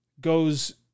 goes